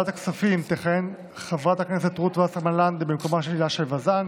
הודעה ליושב-ראש ועדת הכנסת חבר הכנסת גינזבורג שאינה מחייבת הצבעה.